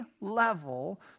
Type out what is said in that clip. level